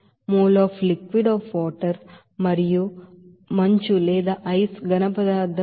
18 mole of liquid of water మరియు మంచు ఘనపదార్థంಸಾಲಿಡ್ 30